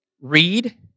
read